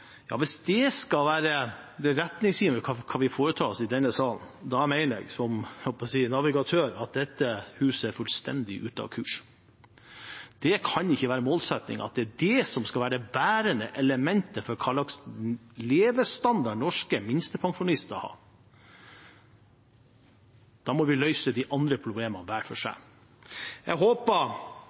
hvis det skal være det retningsgivende for hva vi foretar oss i denne salen – mener jeg som navigatør at dette huset er fullstendig ute av kurs. Det kan ikke være en målsetting at dette skal være det bærende elementet for hvilken levestandard norske minstepensjonister har. Da må vi løse de andre problemene hver for seg. Når vi kommer til avstemning i denne saken, håper